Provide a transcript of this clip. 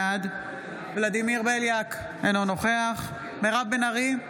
בעד ולדימיר בליאק, אינו נוכח מירב בן ארי,